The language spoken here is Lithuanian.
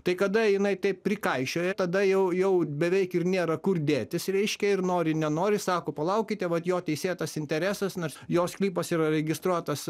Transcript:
tai kada jinai taip prikaišioja tada jau jau beveik ir nėra kur dėtis reiškia ir nori nenori sako palaukite vat jo teisėtas interesas nors jo sklypas yra registruotas